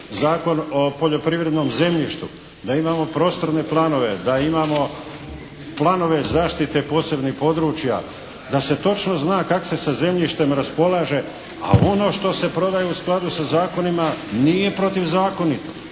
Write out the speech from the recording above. Zakon o poljoprivrednom zemljištu, da imamo prostorne planove, da imamo planove zaštite posebnih područja, da se točno zna kako se sa zemljištem raspolaže a ono što se prodaje u skladu sa zakonima nije protiuzakonito.